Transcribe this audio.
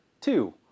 Two